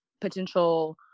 potential